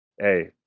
Hey